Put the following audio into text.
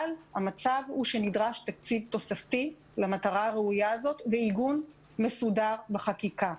אבל נדרש תקציב תוספתי למטרה הראויה הזאת ועיגון מסודר בחקיקה.